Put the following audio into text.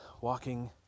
walking